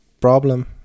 Problem